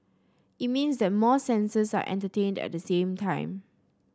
it means that more senses are entertained at the same time